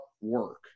work